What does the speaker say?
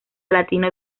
latino